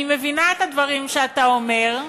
אני מבינה את הדברים שאתה אומר.